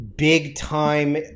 big-time